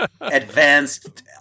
advanced